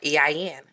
EIN